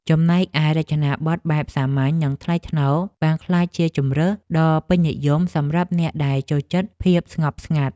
ចំណែកឯរចនាប័ទ្មបែបសាមញ្ញ និងថ្លៃថ្នូរបានក្លាយជាជម្រើសដ៏ពេញនិយមសម្រាប់អ្នកដែលចូលចិត្តភាពស្ងប់ស្ងាត់។